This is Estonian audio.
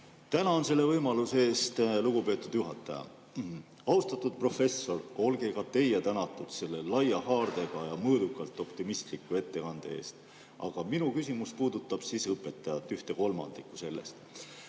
Tänan selle võimaluse eest, lugupeetud juhataja! Austatud professor, olge ka teie tänatud selle laia haardega ja mõõdukalt optimistliku ettekande eest! Aga minu küsimus puudutab õpetajaid, ühte kolmandikku neist.